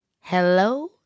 Hello